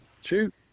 shoot